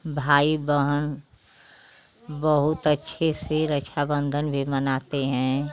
भाई बहन बहुत अच्छे से रक्षाबंधन भी मनाते हैं